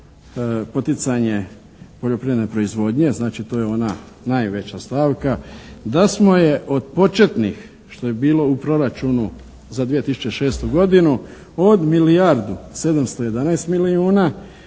poticanje poljoprivredne proizvodnje, znači to je ona najveća stavka da smo je od početnih što je bilo u proračunu za 2006. godinu od milijardu 711 milijuna